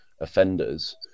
offenders